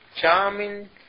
charming